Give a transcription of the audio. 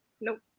Nope